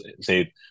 say